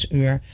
uur